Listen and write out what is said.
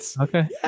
Okay